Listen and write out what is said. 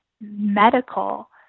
medical